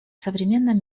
современном